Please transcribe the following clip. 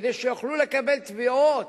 כדי שיוכלו לקבל תביעות